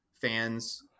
fans